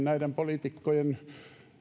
näiden politiikkojen